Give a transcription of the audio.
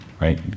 Right